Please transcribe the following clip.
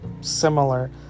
similar